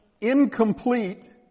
incomplete